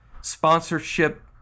sponsorship